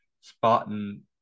spotting